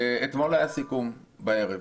אתמול היה סיכום בערב.